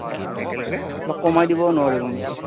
হয় অলপ কমাই দিব নোৱাৰিব নেকি